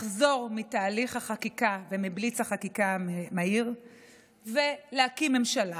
לחזור מתהליך החקיקה ומבליץ החקיקה המהיר ולהקים ממשלה,